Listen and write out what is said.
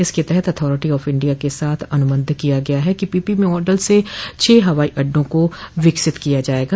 इसके तहत authority of India के साथ अनुबन्ध किया गया है कि पीपीपी मॉडल से छः हवाई अड्डों को विकसित किया जायेगा